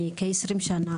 אני מורה באולפנים כ-20 שנה.